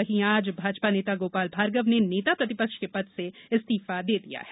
वहीं आज भाजपा नेता गोपाल भार्गव ने नेता प्रतिपक्ष के पद से इस्तीफा दे दिया है